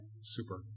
super